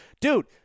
dude